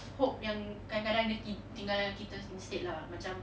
hope yang kadang-kadang dia tinggal dengan kita instead lah macam